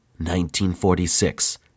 1946